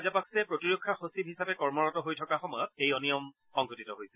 ৰাজাপাকছে প্ৰতিৰক্ষা সচিব হিচাপে কৰ্মৰত হৈ থকা সময়ত এই অনিয়ম সংঘটিত হৈছিল